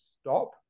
stop